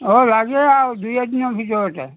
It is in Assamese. অঁ লাগে আৰু দুই এদিনৰ ভিতৰতে